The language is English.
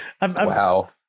Wow